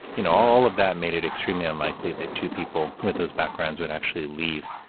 you know, all of that made it extremely unlikely that two people with those backgrounds would actually leave.